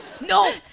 no